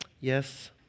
Yes